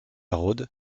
rhôde